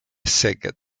szeged